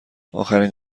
آخرین